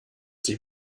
sich